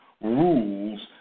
rules